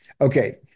Okay